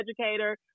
educator